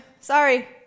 sorry